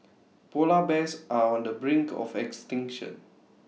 Polar Bears are on the brink of extinction